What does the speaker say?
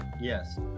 Yes